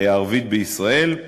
הערבית בישראל.